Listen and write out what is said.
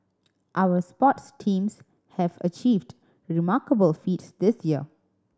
our sports teams have achieved remarkable feats this year